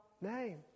name